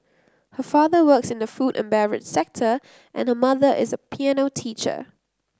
her father works in the food and beverage sector and her mother is a piano teacher